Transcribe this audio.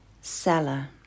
Seller